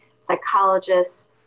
psychologists